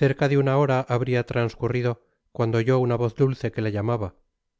cerca de una hora habria transcurrido cuando oyó una voz dulce que la llamaba